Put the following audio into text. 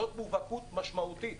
זאת מובהקות משמעותית.